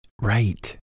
Right